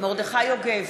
מרדכי יוגב,